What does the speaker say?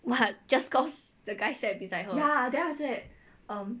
what just cause the guy sat beside her